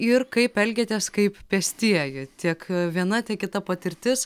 ir kaip elgiatės kaip pėstieji tiek viena tiek kita patirtis